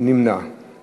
חוק